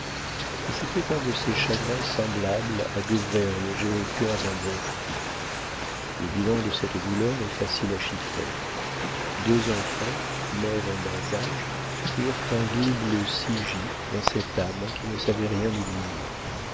mais c'était un de ces chagrins semblables à des vers logés au cœur d'un bon fruit le bilan de cette douleur est facile à chiffrer deux enfants morts en bas âge eurent un double ci-gît dans cette âme qui ne savait rien oublier